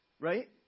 Right